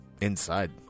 inside